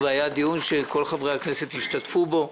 שכל חברי הכנסת השתתפו בו.